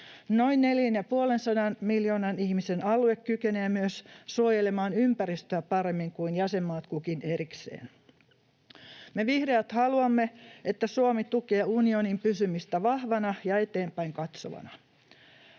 Noin 450 miljoonan ihmisen alue kykenee myös suojelemaan ympäristöä paremmin kuin jäsenmaista kukin erikseen. Me vihreät haluamme, että Suomi tukee unionin pysymistä vahvana ja eteenpäin katsovana.